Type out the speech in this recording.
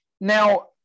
Now